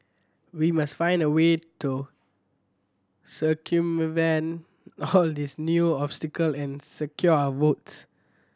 we must find a way to circumvent all these new obstacle and secure our votes